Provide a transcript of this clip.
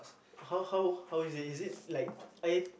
how how how is it is it like I